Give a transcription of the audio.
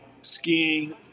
skiing